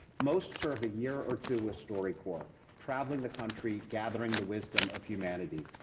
most serve a year or two with storycorps traveling the country, gathering the wisdom of humanity.